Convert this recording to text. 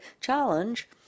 challenge